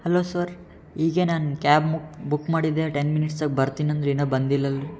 hello sir ಈಗೆ ನಾನು cab ಮು ಬುಕ್ ಮಾಡಿದ್ದೆ ಟೆನ್ ಮಿನಿಟ್ಸಾಗ ಬರ್ತೀನಿ ಅಂದ್ರು ಇನ್ನೂ ಬಂದಿಲ್ಲ ಅಲ್ರೀ